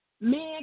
Men